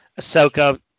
Ahsoka